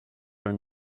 are